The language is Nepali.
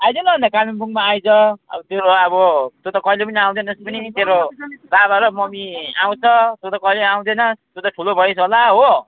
आइज न अन्त कालिम्पोङमा आइज अब तेरो अब तँ त कहिले पनि आउदैनस् पनि तेरो बाबा र मम्मी आउँछ तँ त कहिले आउँदैनस् तँ त ठुलो भइस् होला हो